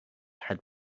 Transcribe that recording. had